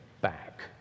back